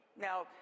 Now